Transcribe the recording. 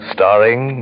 Starring